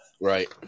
Right